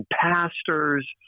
pastors